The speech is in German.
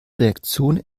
reaktion